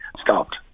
stopped